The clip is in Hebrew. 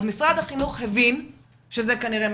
אז משרד החינוך הבין שכנראה זה מה